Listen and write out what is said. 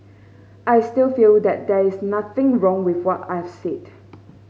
I still feel that there is nothing wrong with what I've said